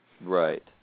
Right